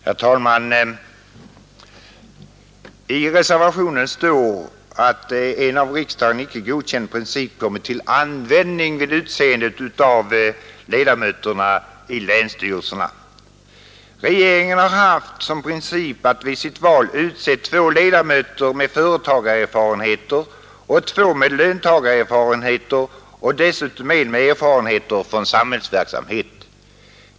Herr talman! I reservationen står att en av riksdagen icke godkänd princip kommit till användning vid utseende av ledamöterna i länsstyrelserna. Regeringen har haft som princip att vid sitt val utse två ledamöter med företagarerfarenheter, två med löntagarerfarenheter och en med erfarenheter från samhällsverksamhet.